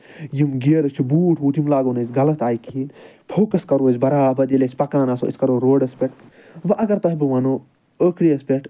یِم گیرٕز چھُ بوٗٹھ ووٗٹھ یِم لاگوٚو نہٕ أسۍ غلط آیہِ کِہیٖنۍ فوکَس کَرو أسۍ برابر ییٚلہِ أسۍ پَکان آسو أسۍ کرو روڈَس پٮ۪ٹھ وۄنۍ اَگر تۄہہِ بہٕ وَنہو آخرییَس پٮ۪ٹھ